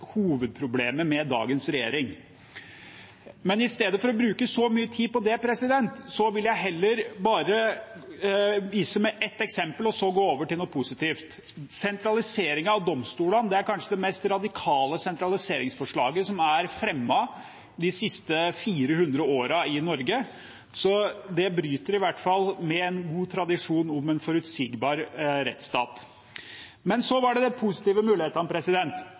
hovedproblemet med dagens regjering. Men i stedet for å bruke så mye tid på det, vil jeg heller vise til et eksempel og så gå over til noe positivt. Sentraliseringen av domstolene er kanskje det mest radikale sentraliseringsforslaget som er fremmet de siste 400 år i Norge, så det bryter i hvert fall med en god tradisjon om en forutsigbar rettsstat. Men så var det de positive mulighetene.